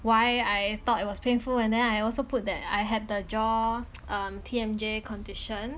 why I thought it was painful and then I also put that I had the jaw um T_M_J condition